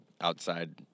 outside